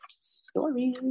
story